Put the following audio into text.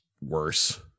worse